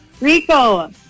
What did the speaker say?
Rico